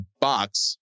box